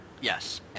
Yes